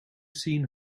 seen